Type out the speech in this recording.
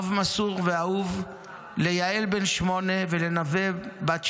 אב מסור ואהוב ליהל בן השמונה ולנווה בת השלוש,